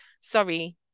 sorry